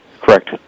Correct